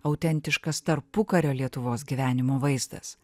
autentiškas tarpukario lietuvos gyvenimo vaizdas